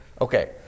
Okay